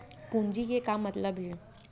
पूंजी के का मतलब हे?